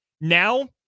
Now